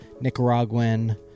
Nicaraguan